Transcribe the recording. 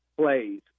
plays